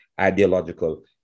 ideological